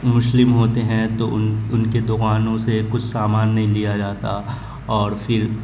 مسلم ہوتے ہیں تو ان ان کے دکانوں سے کچھ سامان نہیں لیا جاتا اور پھر